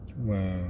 Wow